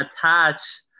attach